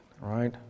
Right